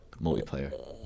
multiplayer